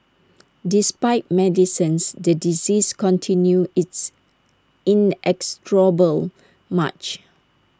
despite medicines the disease continued its inexorable March